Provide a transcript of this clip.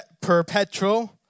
Perpetual